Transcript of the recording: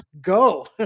Go